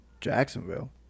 Jacksonville